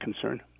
concern